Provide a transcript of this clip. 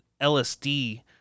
LSD